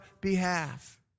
behalf